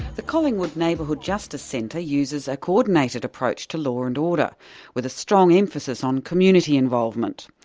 the collingwood neighbourhood justice centre uses a co-ordinated approach to law and order with a strong emphasis on community involvement.